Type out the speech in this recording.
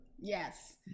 Yes